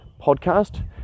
podcast